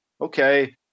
okay